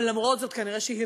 אבל למרות זאת, נראה שהרגזתיה.